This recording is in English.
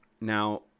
Now